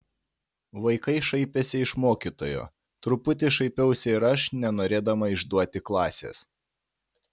vaikai šaipėsi iš mokytojo truputį šaipiausi ir aš nenorėdama išduoti klasės